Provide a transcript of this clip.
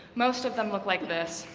most of them look like this,